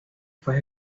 fue